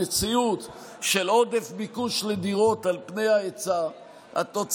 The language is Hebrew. במציאות של עודף ביקוש על היצע הדירות,